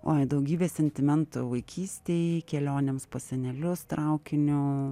oi daugybė sentimentų vaikystei kelionėms pas senelius traukiniu